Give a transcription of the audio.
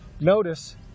Notice